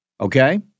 Okay